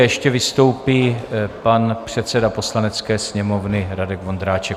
Ještě vystoupí pan předseda Poslanecké sněmovny Radek Vondráček.